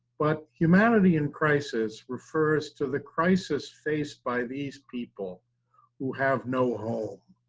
but humanity in crisis refers to the crisis faced by these people who have no home,